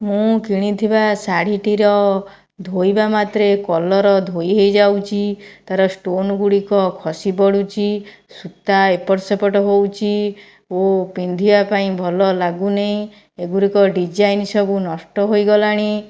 ମୁଁ କିଣିଥିବା ଶାଢ଼ୀଟିର ଧୋଇବା ମାତ୍ରେ କଲର୍ ଧୋଇ ହେଇଯାଉଛି ତା'ର ଷ୍ଟୋନ୍ ଗୁଡ଼ିକ ଖସି ପଡ଼ୁଛି ସୂତା ଏପଟ ସେପଟ ହେଉଛି ଓ ପିନ୍ଧିବା ପାଇଁ ଭଲ ଲାଗୁନି ଏଗୁଡ଼ିକ ଡିଜାଇନ୍ ସବୁ ନଷ୍ଟ ହୋଇଗଲାଣି